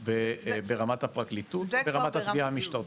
ברמת הפרקליטות או ברמת התביעה המשטרתית?